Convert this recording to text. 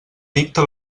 dicta